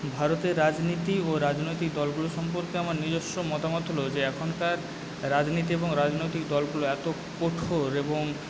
ভারতের রাজনীতি ও রাজনৈতিক দলগুলো সম্পর্কে আমার নিজস্ব মতামত হলো যে এখনকার রাজনীতি এবং রাজনৈতিক দলগুলো এতো কঠোর এবং